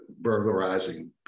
burglarizing